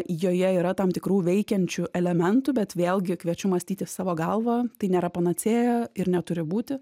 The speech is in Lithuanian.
joje yra tam tikrų veikiančių elementų bet vėlgi kviečiu mąstyti savo galvą tai nėra panacėja ir neturi būti